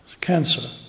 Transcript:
cancer